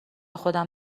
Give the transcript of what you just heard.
خودم